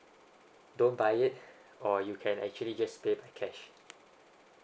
don't buy it or you can actually just pay with cash